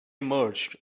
emerged